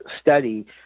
study